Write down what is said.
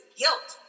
guilt